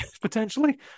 potentially